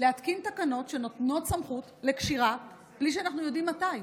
להתקין תקנות שנותנות סמכות לקשירה בלי שאנחנו יודעים מתי.